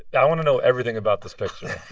i want to know everything about this picture.